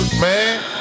man